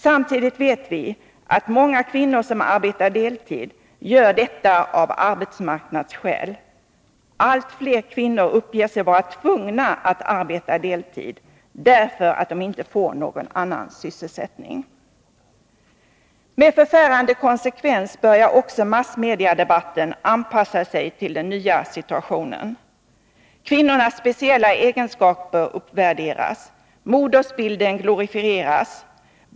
Samtidigt vet vi att många kvinnor som arbetar deltid gör detta av arbetsmarknadsskäl — allt fler kvinnor uppger sig vara tvungna att arbeta deltid, därför att de inte får någon annan sysselsättning. Med förfärande konsekvens börjar också massmediadebatten anpassa sig till den nya situationen. Kvinnornas speciella egenskaper uppvärderas, modersbilden glorifieras.